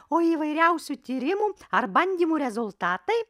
o įvairiausių tyrimų ar bandymų rezultatai